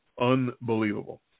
Unbelievable